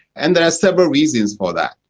and there are several reasons for that.